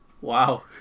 Wow